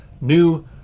new